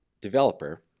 developer